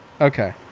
okay